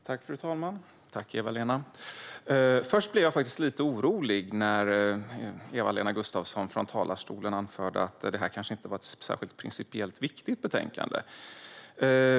Fru talman! Tack, Eva-Lena! Först och främst blir jag lite orolig. Eva-Lena Gustavsson anförde från talarstolen att betänkandet kanske inte är principiellt viktigt.